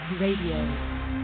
Radio